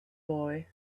boy